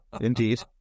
Indeed